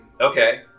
Okay